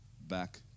back